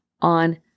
on